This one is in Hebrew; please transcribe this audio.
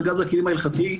ארגז הכלים ההלכתי,